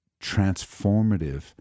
transformative